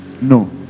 no